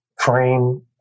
frame